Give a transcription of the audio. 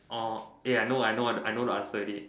or eh I know I know I know the answer already